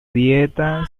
dieta